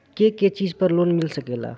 के के चीज पर लोन मिल सकेला?